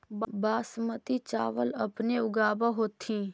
बासमती चाबल अपने ऊगाब होथिं?